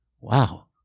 Wow